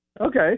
Okay